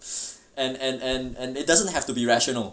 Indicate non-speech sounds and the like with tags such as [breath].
[breath] and and and and it doesn't have to be rational